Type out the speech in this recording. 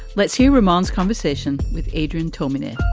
let's hear remands conversation with adrian tollman in